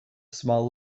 small